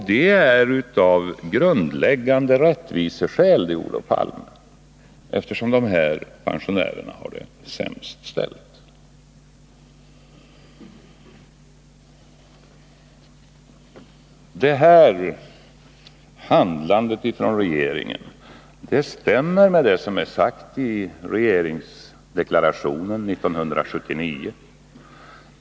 Detta är av grundläggande rättviseskäl, Olof Palme, eftersom de här pensionärerna har det sämst ställt. Detta handlande av regeringen stämmer med vad som sades i regeringsdeklarationen 1979.